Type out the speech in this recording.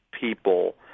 people